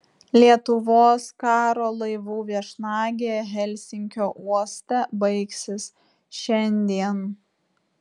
lietuvos karo laivų viešnagė helsinkio uoste baigsis šiandien